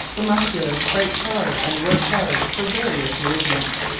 the muscular fights hard and works hard for various movements.